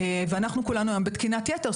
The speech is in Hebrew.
אנחנו כולנו היום בתקינת יתר.